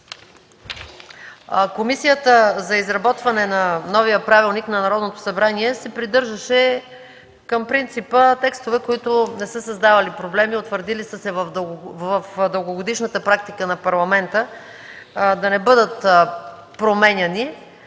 Комисията за изработване на новия Правилник на Народното събрание се придържаше към принципа текстове, които не са създавали проблеми и са се утвърдили в дългогодишната практика на Парламента, да не бъдат променяни.